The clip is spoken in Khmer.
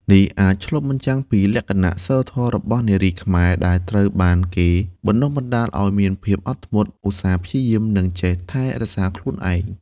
នេះអាចឆ្លុះបញ្ចាំងពីលក្ខណៈសីលធម៌របស់នារីខ្មែរ ដែលត្រូវបានគេបណ្ដុះបណ្ដាលឱ្យមានភាពអត់ធ្មត់ ឧស្សាហ៍ព្យាយាម និងចេះថែរក្សាខ្លួនឯង។